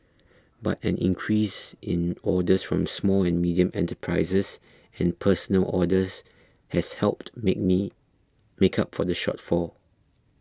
but an increase in orders from small and medium enterprises and personal orders has helped make me make up for the shortfall